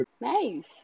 Nice